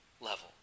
level